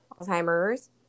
alzheimer's